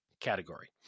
category